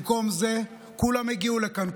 במקום זה כולם הגיעו לכאן,